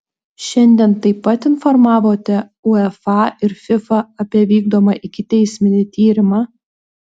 šiandien taip pat informavote uefa ir fifa apie vykdomą ikiteisminį tyrimą